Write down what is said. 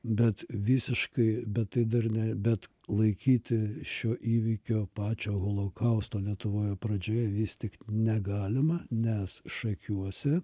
bet visiškai bet tai dar ne bet laikyti šio įvykio pačio holokausto lietuvoje pradžioje vis tik negalima nes šakiuose